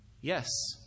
yes